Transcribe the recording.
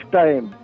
time